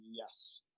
Yes